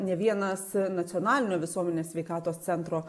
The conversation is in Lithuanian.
ne vienas nacionalinio visuomenės sveikatos centro